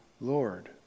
Lord